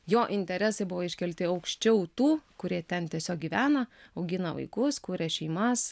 jo interesai buvo iškelti aukščiau tų kurie ten tiesiog gyvena augina vaikus kuria šeimas